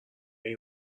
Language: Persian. این